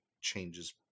changes